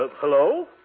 Hello